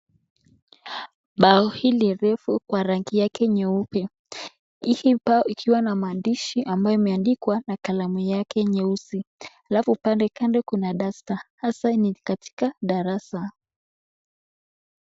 Bao hili refu kwa rangi yake nyeupe. Hiki bao ikiwa na maandishi ambayo imeandikwa na kalamu yake nyeusi alafu pande kando kuna duster hasa ni katika darasa.